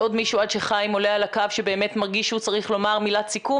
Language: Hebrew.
מישהו עד שחיים עולה על הקו שבאמת מרגיש שהוא צריך לומר מילת סיכום?